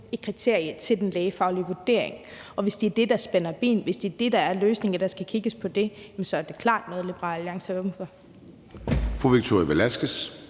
et kriterie til den lægefaglige vurdering. Hvis det er det, der spænder ben, og hvis løsningen er, at der skal kigges på det, så er det klart noget, Liberal Alliance er åben for